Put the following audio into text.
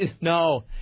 No